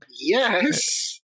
Yes